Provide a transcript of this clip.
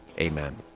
Amen